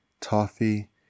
toffee